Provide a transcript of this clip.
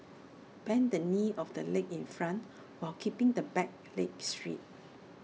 bend the knee of the leg in front while keeping the back leg straight